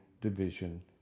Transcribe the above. division